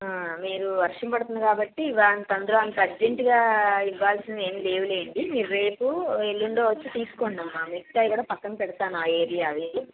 మీరు వర్షం పడుతోంది కాబట్టి ఇవాళ అంత తొందర అంత అర్జెంటుగా ఇవ్వాల్సినవి ఏం లేవులేండి మీరు రేపు ఎల్లుండో వచ్చి తీసుకోండమ్మా మిగతావి కూడా పక్కన పెడతాను ఆ ఏరియావి